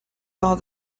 are